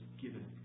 given